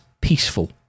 peaceful